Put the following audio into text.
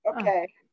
Okay